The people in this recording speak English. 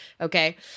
okay